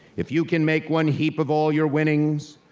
if you can make one heap of all your winnings,